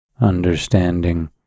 understanding